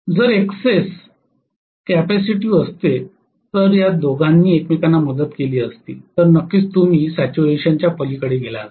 जर excess capacitive असते तर या दोघांनी एकमेकांना मदत केली असती तर नक्कीच तुम्ही सॅच्युरेशनच्या पलीकडे गेला असता